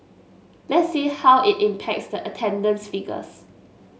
let's see how it impacts the attendance figures